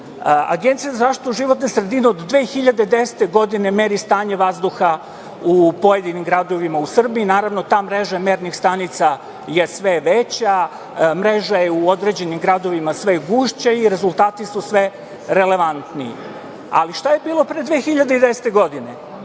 smisla. Agencija za zaštitu životne sredine od 2010. godine meri stanje vazduha u pojedinim gradovima u Srbiji, naravno, ta mreža mernih stanica je sve veća, mreža je u određenim gradovima sve gušća i rezultati su sve relevantniji. Ali, šta je bilo pre 2010. godine?